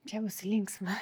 čia bus linksma